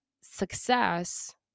success